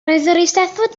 eisteddfod